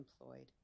employed